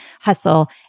hustle